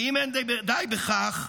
ואם אין די בכך,